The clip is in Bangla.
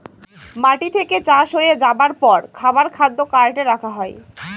মাটি থেকে চাষ হয়ে যাবার পর খাবার খাদ্য কার্টে রাখা হয়